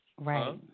Right